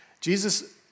Jesus